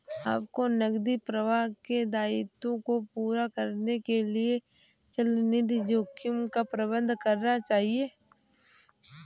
आपको नकदी प्रवाह के दायित्वों को पूरा करने के लिए चलनिधि जोखिम का प्रबंधन करना चाहिए